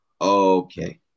okay